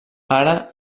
ara